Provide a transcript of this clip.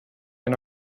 and